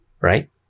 right